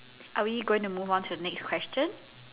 are we going to move on to the next question